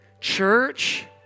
Church